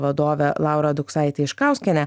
vadovė laura duksaitė iškauskienė